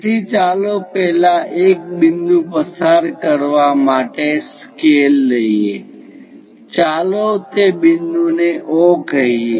તેથી ચાલો પહેલા એક બિંદુ પસંદ કરવા માટે સ્કેલ લઈએ ચાલો તે બિંદુને O કહીએ